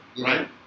Right